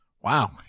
Wow